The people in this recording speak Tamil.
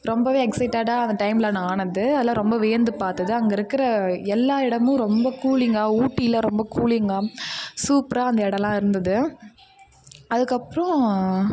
ரொம்ப எக்சைட்டடாக அந்த டைமில் நான் ஆனது அதலாம் ரொம்ப வியந்து பார்த்தது அங்கே இருக்கிற எல்லாம் இடமும் ரொம்ப கூலிங்காக ஊட்டியில் ரொம்ப கூலிங்காக சூப்பராக அந்த இடம்லாம் இருந்தது அதுக்கப்புறோம்